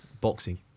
boxing